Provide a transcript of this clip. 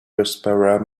whisperer